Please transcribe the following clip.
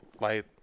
light